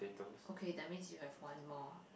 okay that means you have one more